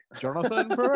Jonathan